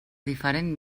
diferent